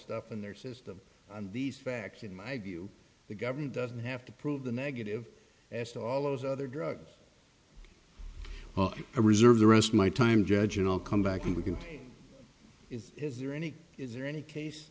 stuff in their system and these facts in my view the government doesn't have to prove the negative as to all those other drugs well i reserve the rest my time judge and i'll come back and we can hear it is there any is there any case